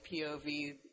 POV